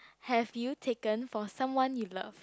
have you taken for someone you love